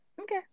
Okay